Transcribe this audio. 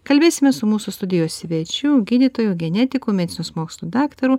kalbėsime su mūsų studijos svečiu gydytoju genetiku medicinos mokslų daktaru